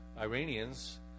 Iranians